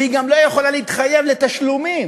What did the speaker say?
והיא גם לא יכולה להתחייב לתשלומים,